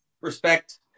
Respect